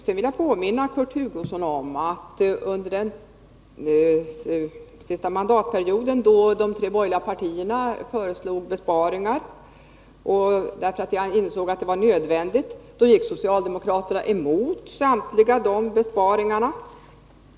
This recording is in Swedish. Jag vill påminna Kurt Hugosson om att under den senaste mandatperioden, då de tre borgerliga partierna föreslog besparingar därför att de ansåg att det var nödvändigt, gick socialdemokraterna emot samtliga dessa besparingar.